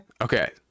Okay